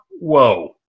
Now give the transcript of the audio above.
whoa